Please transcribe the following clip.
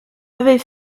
avait